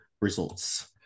results